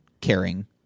caring